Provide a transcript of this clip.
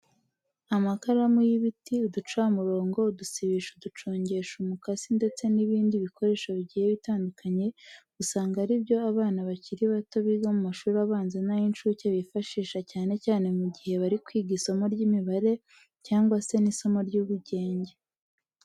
Amakaramu y'ibiti, uducamurongo, udusibisho, uducongesho, umukasi ndetse n'ibindi bikoresho bigiye bitandukanye, usanga ari byo abana bakiri bato biga mu mashuri abanza n'ay'incuke bifashisha cyane cyane mu gihe bari kwiga isomo ry'imibare cyangwa se n'isomo ry'ubugenge.